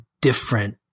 different